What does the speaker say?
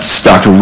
stuck